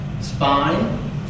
Spine